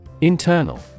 Internal